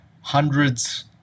hundreds